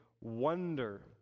wonder